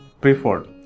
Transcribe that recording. preferred